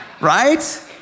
right